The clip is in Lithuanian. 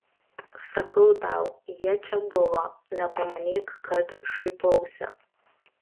sakau tau jie čia buvo nepamanyk kad šaipausi